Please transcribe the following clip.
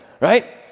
Right